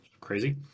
crazy